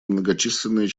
многочисленные